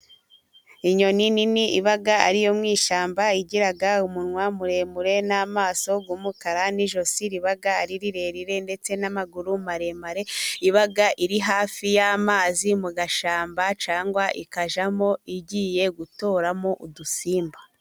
Inyoni nini iba ari yo mwishyamba, igi umunwa muremure n'amaso y'umukara n'ijosi riba ari rirerire ndetse n'amaguru maremare, iba iri hafi y'amazi mu gashamba cyangwa ikajamo igiye gutoramo udusimba.